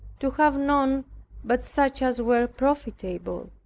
to have none but such as were profitable.